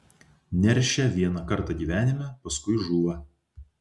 neršia vieną kartą gyvenime paskui žūva